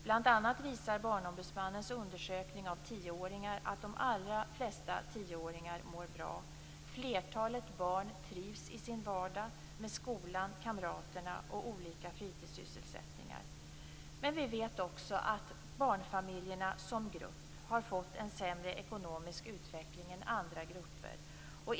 Bl.a. visar Barnombudsmannens undersökning av tioåringar att de allra flesta tioåringar mår bra. Flertalet barn trivs i sin vardag, med skolan, kamraterna och olika fritidssysselsättningar. Vi vet också att barnfamiljerna som grupp har fått en sämre ekonomisk utveckling än andra grupper.